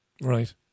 Right